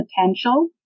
potential